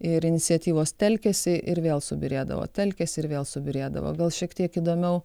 ir iniciatyvos telkėsi ir vėl subyrėdavo telkėsi ir vėl subyrėdavo gal šiek tiek įdomiau